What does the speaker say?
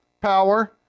power